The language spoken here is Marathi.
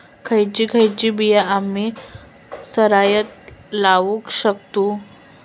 खयची खयची बिया आम्ही सरायत लावक शकतु?